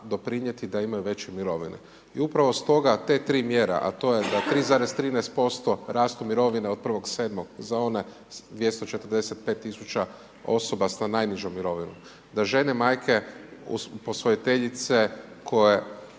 doprinijeti da imaju veće mirovine. I upravo stoga te tri mjere, a to je da 3,13% rastu mirovine od 1.7. za one 245.000 osoba sa najnižom mirovinom, da žene majke, posvojiteljice koje